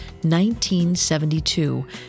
1972